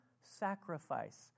sacrifice